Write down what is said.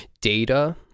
data